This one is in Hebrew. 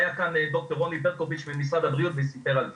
היה כאן ד"ר רוני ברקוביץ' ממשרד הבריאות שסיפר על זה.